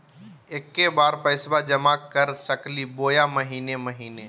एके बार पैस्बा जमा कर सकली बोया महीने महीने?